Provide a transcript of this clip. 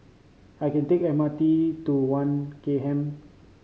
I can take the M R T to One K M